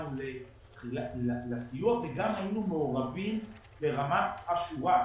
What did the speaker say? לסיוע וגם היינו מעורבים לרמת השורה.